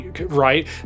Right